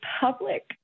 public